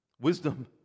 wisdom